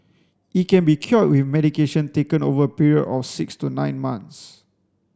it can be cured with medication taken over a period of six to nine months